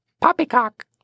Poppycock